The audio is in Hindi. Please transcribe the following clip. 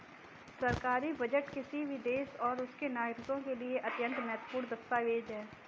सरकारी बजट किसी भी देश और उसके नागरिकों के लिए एक अत्यंत महत्वपूर्ण दस्तावेज है